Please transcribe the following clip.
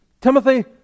Timothy